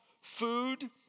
food